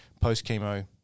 post-chemo